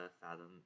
Fathom